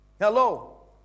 Hello